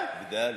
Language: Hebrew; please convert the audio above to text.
בדאלו.